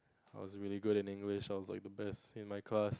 I was really good in English so I was the best in my class